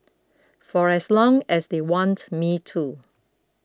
for as long as they want me to